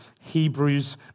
Hebrews